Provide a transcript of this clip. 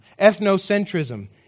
ethnocentrism